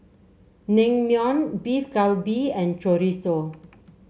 Naengmyeon Beef Galbi and Chorizo